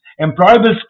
employable